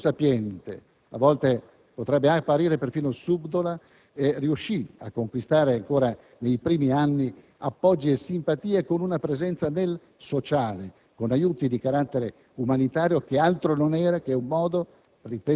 molto sapiente (a volte potrebbe apparire perfino subdola), è riuscita a conquistare, ancora nei primi anni, appoggi e simpatie con una presenza nel sociale, con aiuti di carattere umanitario, che altro non era che un modo